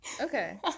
Okay